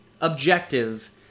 objective